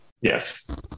yes